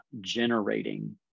generating